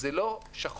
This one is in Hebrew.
זה לא שחור-לבן.